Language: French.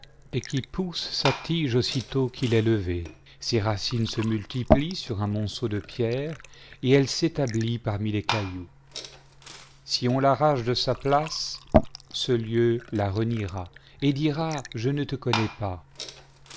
et qui pousse sa tige aussitôt qu'il est levé ses racines se multiplient sur un monceau de pierres et elle s'établit parmi les cailloux si on l'arrache de sa place ce lieu la reniera et dira je ne te connais pas